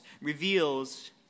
reveals